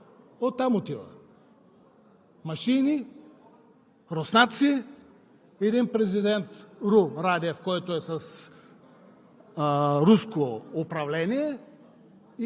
оттам отива. Машини, руснаци, един президент Ру Радев, който е с руско управление,